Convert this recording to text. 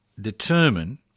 determine